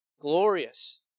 glorious